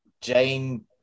Jane